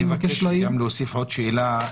אני מבקש גם להוסיף עוד שאלה,